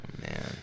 man